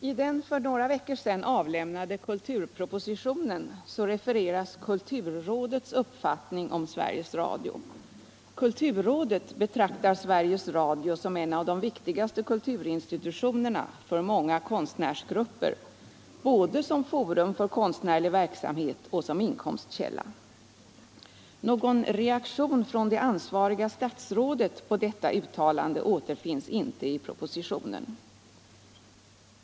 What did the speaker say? I den för några veckor sedan avlämnade kulturpropositionen refereras kulturrådets uppfattning om Sveriges Radio: ”Kulturrådet betraktar Sveriges Radio som en av de viktigaste kulturinstitutionerna för många konstnärsgrupper, både som forum för konstnärlig verksamhet och som inkomstkälla.” Någon reaktion från det ansvariga statsrådet på detta uttalande återfinns inte i propositionen.